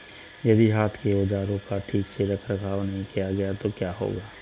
यदि हाथ के औजारों का ठीक से रखरखाव नहीं किया गया तो क्या होगा?